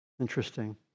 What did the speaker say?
Interesting